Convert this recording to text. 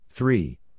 Three